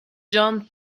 john